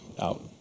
out